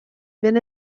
been